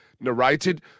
Narrated